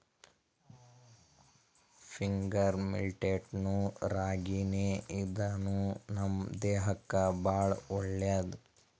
finger millet ನು ರಾಗಿನೇ ಇದೂನು ನಮ್ ದೇಹಕ್ಕ್ ಭಾಳ್ ಒಳ್ಳೇದ್